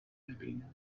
نبینند